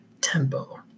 tempo